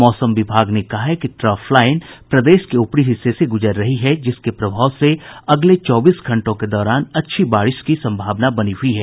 मौसम विभाग ने कहा है कि ट्रफलाइन प्रदेश के ऊपरी हिस्से से गुजर रही है जिसके प्रभाव से अगले चौबीस घंटों के दौरान अच्छी बारिश की संभावना बनी हुयी है